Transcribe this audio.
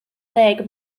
ddeg